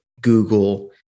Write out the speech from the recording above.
Google